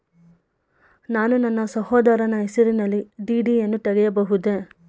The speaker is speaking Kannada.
ನಾನು ನನ್ನ ಸಹೋದರನ ಹೆಸರಿನಲ್ಲಿ ಡಿ.ಡಿ ಯನ್ನು ತೆಗೆಯಬಹುದೇ?